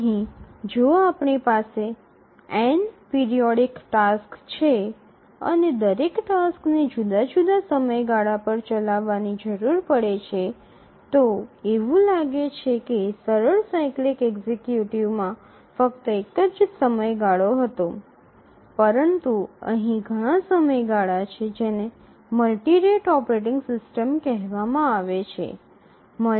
અહીં જો આપણી પાસે n પિરિયોડિક ટાસક્સ છે અને દરેક ટાસ્કને જુદા જુદા સમયગાળા પર ચાલવાની જરૂર પડે છે તો એવું લાગે છે કે સરળ સાયક્લિક એક્ઝિક્યુટિવમાં ફક્ત એક જ સમયગાળો હતો પરંતુ અહીં ઘણા સમયગાળા છે જેને મલ્ટિ રેટ ઓપરેટિંગ સિસ્ટમ કહેવામાં આવે છે